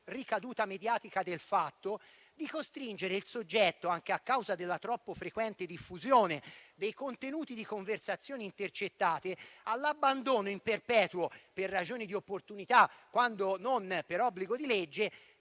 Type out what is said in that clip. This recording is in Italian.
ricaduta mediatica del fatto, di costringere il soggetto, anche a causa della troppo frequente diffusione dei contenuti di conversazioni intercettate, all'abbandono in perpetuo per ragioni di opportunità, quando non per obbligo di legge,